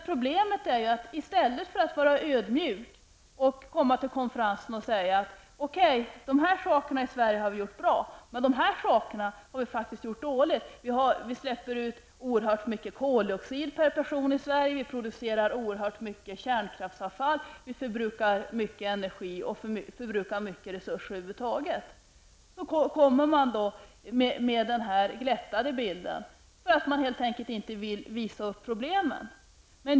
Problemet är att det inte är så lätt att vara ödmjuk och komma till konferensen och säga: Okej, vissa saker har vi i Sverige gjort bra, men andra saker har vi faktiskt gjort dåligt. Vi släpper ut oerhört mycket koldioxid per person i Sverige. Vi producerar oerhört mycket kärnkraftsavfall, vi förbrukar mycket energi och mycket resurser över huvud taget. Vi visar i stället den glättade bilden. Vi vill helt enkelt inte visa upp problemen.